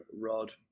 Rod